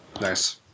Nice